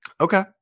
okay